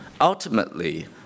Ultimately